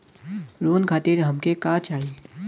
Loan खातीर हमके का का चाही?